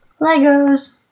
Legos